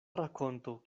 rakonto